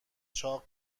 چاق